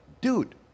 Dude